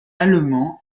allemand